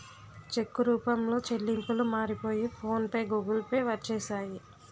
చెక్కు రూపంలో చెల్లింపులు మారిపోయి ఫోన్ పే గూగుల్ పే వచ్చేసాయి